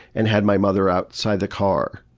and had my mother outside the car.